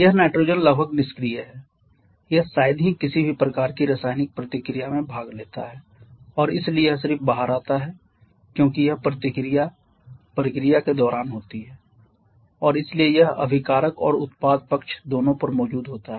यह नाइट्रोजन लगभग निष्क्रिय है यह शायद ही किसी भी प्रकार की रासायनिक प्रतिक्रिया में भाग लेता है और इसलिए यह सिर्फ बाहर आता है क्योंकि यह प्रतिक्रिया प्रक्रिया के दौरान होती है और इसलिए यह अभिकारक और उत्पाद पक्ष दोनों पर मौजूद होता है